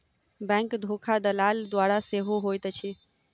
bank धोखा दलाल द्वारा सेहो होइत अछि